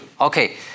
Okay